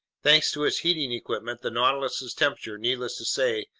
thanks to its heating equipment, the nautilus's temperature, needless to say,